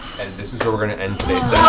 this is where we're going to end today's